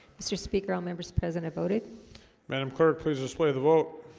mr. speaker all members present. i voted madam clerk. please display the vote